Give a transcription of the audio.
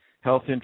health